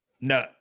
no